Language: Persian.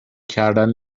کردن